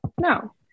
No